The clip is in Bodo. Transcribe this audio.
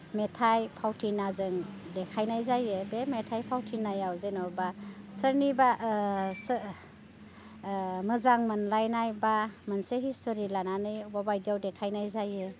मेथाइ फावथिनाजों देखायनाय जायो बे मेथाइ फावथिनायाव जेनेबा सोरनिबा मोजां मोनलायनाय बा मोनसे हिस्ट'रि लानानै बबेबा बायदियाव देखायनाय जायो